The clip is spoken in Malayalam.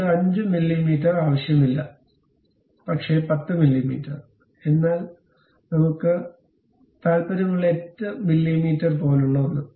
നമ്മൾക്ക് 5 മില്ലീമീറ്റർ ആവശ്യമില്ല പക്ഷേ 10 മില്ലീമീറ്റർ എന്നാൽ നമ്മൾക്ക് താൽപ്പര്യമുള്ള 8 മില്ലീമീറ്റർ പോലുള്ള ഒന്ന്